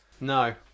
no